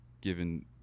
given